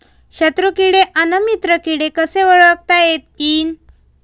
शत्रु किडे अन मित्र किडे कसे ओळखता येईन?